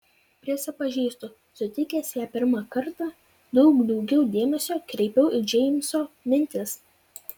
prisipažįstu sutikęs ją pirmą kartą daug daugiau dėmesio kreipiau į džeimso mintis